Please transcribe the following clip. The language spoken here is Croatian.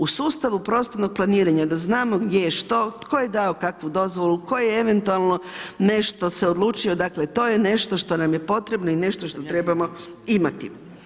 U sustavu prostornog planiranja da znamo gdje je što, tko je dao kakvu dozvolu, tko je eventualno nešto se odlučio, dakle to je nešto što nam je potrebno i nešto što trebamo imati.